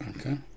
Okay